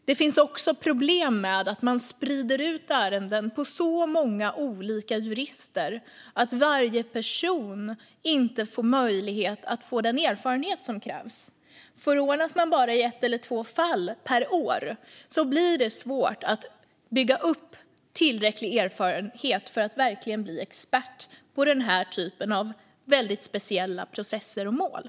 Det finns också problem med att man sprider ut ärenden på så många olika jurister att varje person inte får möjlighet att få den erfarenhet som krävs. Förordnas en person i bara ett eller två fall per år blir det svårt att bygga upp tillräcklig erfarenhet för att verkligen bli expert på den här väldigt speciella typen av processer och mål.